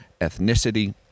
ethnicity